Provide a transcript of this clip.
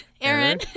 Aaron